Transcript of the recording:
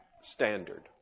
standard